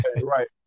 right